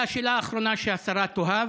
והשאלה האחרונה, שהשרה תאהב: